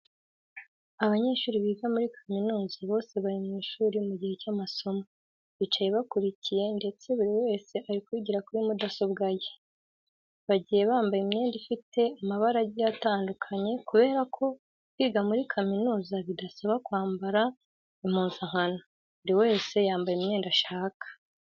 Abanyeshuri biga muri kaminuza bose bari mu ishuri mu gihe cy'amasomo, bicaye bakurikiye ndetse buri wese ari kwigira muri mudasobwa ye. Bagiye bambaye imyenda ifite amabara agiye atandukanye kubera ko kwiga muri kaminuza bidasaba kwambara impuzankano. Buri wese yambara imyenda ashaka.